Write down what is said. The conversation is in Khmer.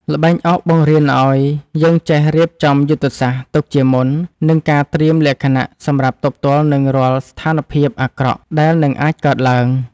ល្បែងអុកបង្រៀនឱ្យយើងចេះរៀបចំយុទ្ធសាស្ត្រទុកជាមុននិងការត្រៀមលក្ខណៈសម្រាប់ទប់ទល់នឹងរាល់ស្ថានភាពអាក្រក់ដែលនឹងអាចកើតឡើង។